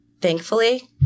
Thankfully